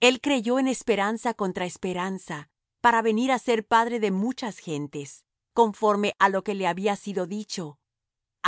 el creyó en esperanza contra esperanza para venir á ser padre de muchas gentes conforme á lo que le había sido dicho